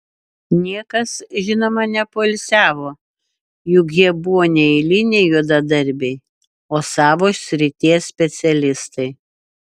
niekas žinoma nepoilsiavo juk jie buvo ne eiliniai juodadarbiai o savo srities specialistai